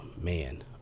man